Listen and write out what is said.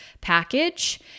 package